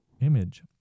image